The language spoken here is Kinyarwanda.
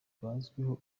bazwiho